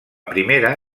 primera